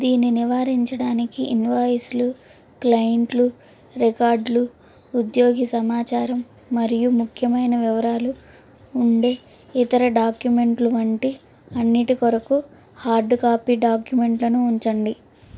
దీన్ని నివారించడానికి ఇన్వాయిస్లు క్లయింట్లు రికార్డులు ఉద్యోగి సమాచారం మరియు ముఖ్యమైన వివరాలు ఉండే ఇతర డాక్యుమెంట్లు వంటి అన్నింటి కొరకు హార్డ్ కాపీ డాక్యుమెంట్లను ఉంచండి